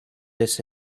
this